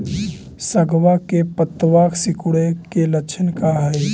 सगवा के पत्तवा सिकुड़े के लक्षण का हाई?